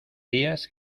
días